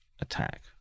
attack